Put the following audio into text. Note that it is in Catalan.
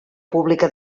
pública